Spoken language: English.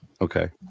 Okay